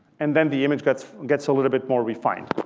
and then, the image gets gets a little bit more refined.